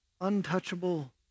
untouchable